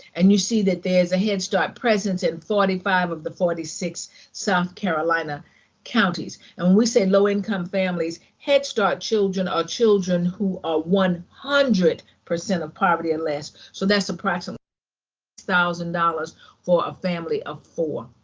and you see that there's a head start presence in forty five of the forty six south carolina counties. and we say low-income families, head start children are children who are one hundred percent of poverty and less. so that's approximately thousand dollars for a family of four.